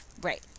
Right